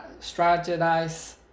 strategize